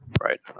right